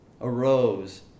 arose